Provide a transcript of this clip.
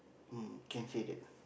mm can say that